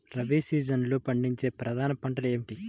రబీ సీజన్లో పండించే ప్రధాన పంటలు ఏమిటీ?